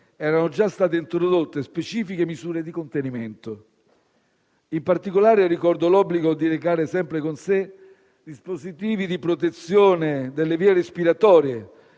erano già state introdotte specifiche misure di contenimento. In particolare, ricordo l'obbligo di recare sempre con sé dispositivi di protezione delle vie respiratorie